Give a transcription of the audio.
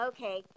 Okay